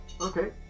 Okay